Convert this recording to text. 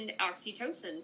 oxytocin